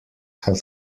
have